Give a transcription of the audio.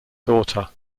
daughter